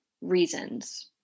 reasons